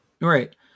Right